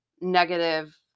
negative